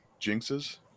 jinxes